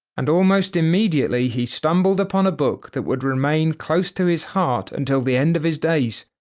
and almost immediately he stumbled upon a book that would remain close to his heart until the end of his days.